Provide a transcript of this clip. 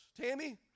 Tammy